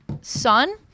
son